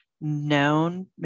known